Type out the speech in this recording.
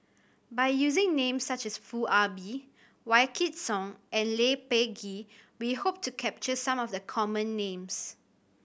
by using names such as Foo Ah Bee Wykidd Song and Lee Peh Gee we hope to capture some of the common names